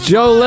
Joe